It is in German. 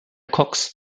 cox